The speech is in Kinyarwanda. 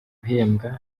guhembwa